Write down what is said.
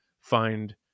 find